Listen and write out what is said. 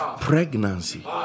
pregnancy